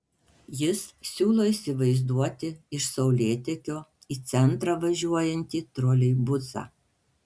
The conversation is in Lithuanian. jis siūlo įsivaizduoti iš saulėtekio į centrą važiuojantį troleibusą